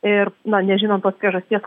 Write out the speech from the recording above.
ir na nežinant tos priežasties